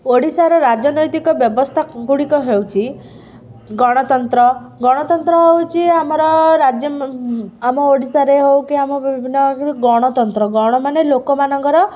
ଓଡ଼ିଶାର ରାଜନୈତିକି ବ୍ୟବସ୍ଥାଗୁଡ଼ିକ ହେଉଛି ଗଣତନ୍ତ୍ର ଗଣତନ୍ତ୍ର ହେଉଛି ଆମର ରାଜ୍ୟ ଆମ ଓଡ଼ିଶାରେ ହେଉ କି ଆମ ବିଭିନ୍ନ ଗଣତନ୍ତ୍ର ଗଣ ମାନେ ଲୋକମାନଙ୍କର